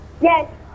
yes